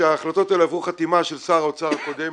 שההחלטות האלה עברו חתימה של שר האוצר הקודם,